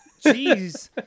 Jeez